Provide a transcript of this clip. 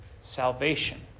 salvation